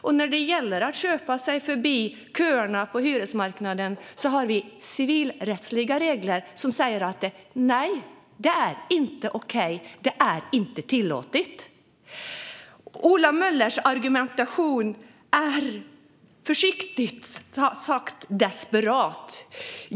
Och när det gäller att köpa sig förbi köerna på hyresmarknaden har vi civilrättsliga regler som säger att det inte är okej, att det inte är tillåtet. Ola Möllers argumentation är försiktigt uttryckt desperat.